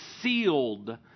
sealed